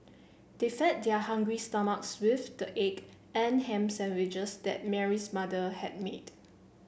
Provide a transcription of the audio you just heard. they fed their hungry stomachs with the egg and ham sandwiches that Mary's mother had made